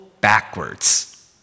backwards